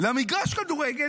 למגרש כדורגל.